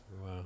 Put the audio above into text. Wow